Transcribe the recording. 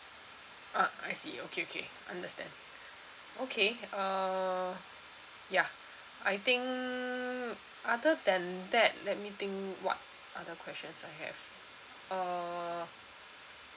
ah I see okay okay understand okay uh ya I think other than that let me think what other questions I have uh